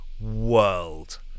world